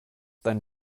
dein